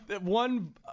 one